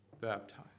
baptized